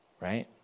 right